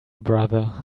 brother